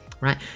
right